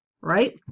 right